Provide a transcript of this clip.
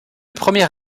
premier